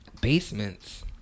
basements